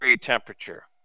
temperature